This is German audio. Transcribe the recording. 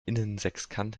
innensechskant